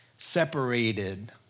separated